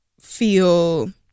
feel